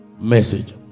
message